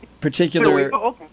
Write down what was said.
particular